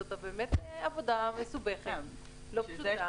זאת באמת עבודה מסובכת ולא פשוטה.